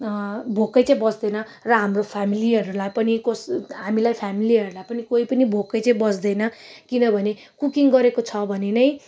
भोकै चाहिँ बस्दैन र हाम्रो फेम्लीहरूलाई पनि कोस् हामीलाई फेम्लीहूरलाई पनि कोही पनि भोकै चाहिँ बस्दैन किनभने कुकिङ गरेको छ भने नै